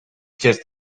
just